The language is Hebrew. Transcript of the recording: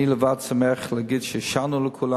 אני שמח להגיד שאישרנו לכולם.